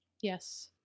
Yes